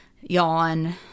yawn